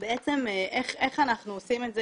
איך אנחנו עושים את זה?